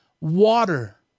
water